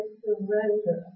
surrender